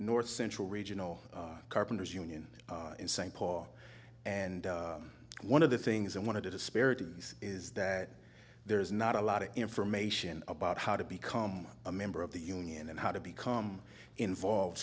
north central regional carpenters union in st paul and one of the things i wanted to disparities is that there is not a lot of information about how to become a member of the union and how to become involved